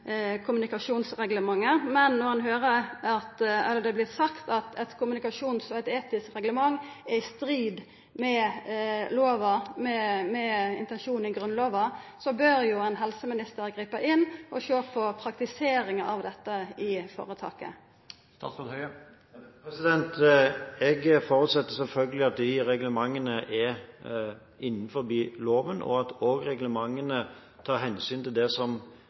men når det vert sagt at eit kommunikasjonsreglement og eit etisk reglement er i strid med lova, med intensjonen i Grunnlova, så bør jo ein helseminister gripa inn og sjå på praktiseringa av dette i føretaket. Jeg forutsetter selvfølgelig at de reglementene er innenfor loven, og at også reglementene tar hensyn til det jeg har gitt beskjed om som